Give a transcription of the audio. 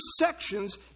sections